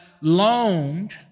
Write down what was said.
loaned